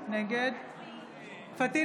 נגד פטין